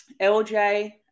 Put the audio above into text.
LJ